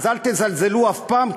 אז אל תזלזלו אף פעם,